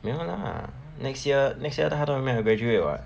没有 lah next year next year 他都还没有 graduate [what]